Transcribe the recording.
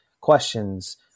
questions